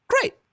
great